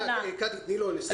קטי, תיתני לו לסיים.